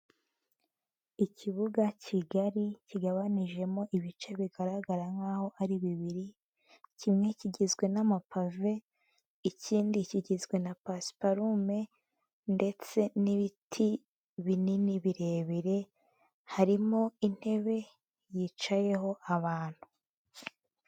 Ikibuga kigari kigabanijemo ibice bigaragara nkaho ari bibiri, kimwe kigizwe n'amapave ikindi kigizwe na pasparume ndetse n'ibiti binini birebire, harimo intebe yicayeho abantu.